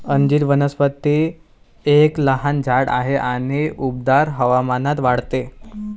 अंजीर वनस्पती एक लहान झाड आहे आणि उबदार हवामानात वाढते